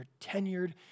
tenured